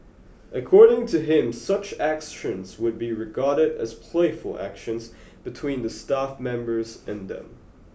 according to him such actions would be regarded as playful actions between the staff members and them